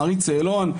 מהרי"ט צהלון,